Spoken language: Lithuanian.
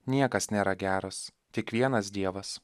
niekas nėra geras tik vienas dievas